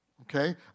Okay